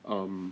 um